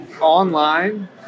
online